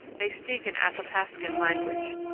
they speak an athapascan language.